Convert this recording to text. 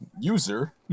user